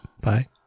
Bye